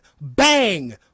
bang